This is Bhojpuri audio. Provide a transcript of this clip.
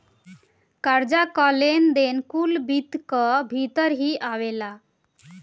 कर्जा कअ लेन देन कुल वित्त कअ भितर ही आवेला